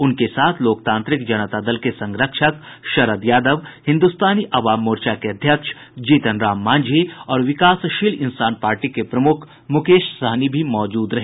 उनके साथ लोकतांत्रिक जनता दल के संरक्षक शरद यादव हिन्दुतानी अवाम मोर्चा के अध्यक्ष जीतन राम मांझी और विकासशील इंसान पार्टी के प्रमुख मुकेश सहनी भी मौजूद रहे